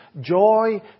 joy